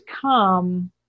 come